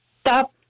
stop